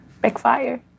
Backfire